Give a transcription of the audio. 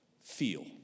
feel